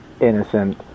innocent